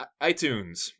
itunes